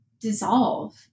dissolve